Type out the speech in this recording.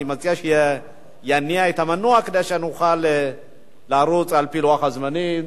אני מציע שיניע את המנוע כדי שנוכל לרוץ על-פי לוח הזמנים.